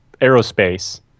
aerospace